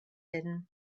hidden